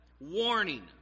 Warning